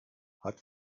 hat